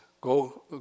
go